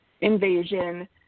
invasion